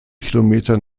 kilometer